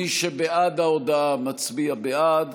מי שבעד ההודעה מצביע בעד,